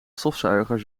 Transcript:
stofzuiger